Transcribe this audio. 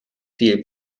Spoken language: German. viel